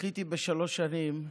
זכיתי בשלוש שנים,